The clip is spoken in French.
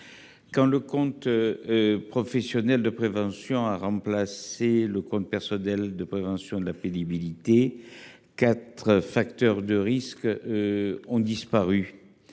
Quand le compte professionnel de prévention a remplacé le compte personnel de prévention de la pénibilité, quatre facteurs de risques ont disparu.